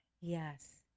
yes